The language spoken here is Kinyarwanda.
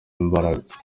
imbaraga